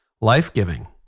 life-giving